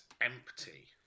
empty